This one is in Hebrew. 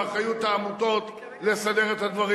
באחריות העמותות לסדר את הדברים.